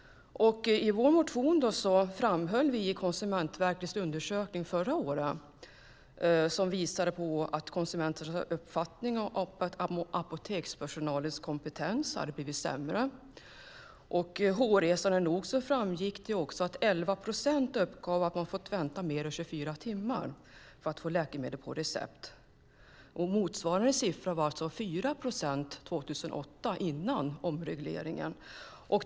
I vår motion har vi framhållit Konsumentverkets undersökning förra året. Den visar att konsumenternas uppfattning är att apotekspersonalens kompetens blivit sämre. Dessutom framgår det, vilket är hårresande, att 11 procent uppgav att de fått vänta mer än 24 timmar för att få ut receptbelagda läkemedel. År 2008 var motsvarande siffra 4 procent, alltså före omregleringen.